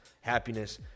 happiness